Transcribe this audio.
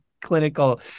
clinical